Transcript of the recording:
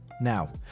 Now